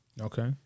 Okay